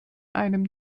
einem